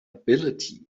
ability